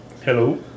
Hello